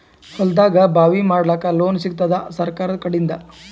ಹೊಲದಾಗಬಾವಿ ಮಾಡಲಾಕ ಲೋನ್ ಸಿಗತ್ತಾದ ಸರ್ಕಾರಕಡಿಂದ?